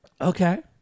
Okay